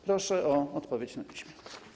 Proszę o odpowiedź na piśmie.